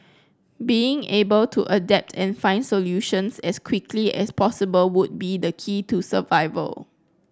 being able to adapt and find solutions as quickly as possible would be the key to survival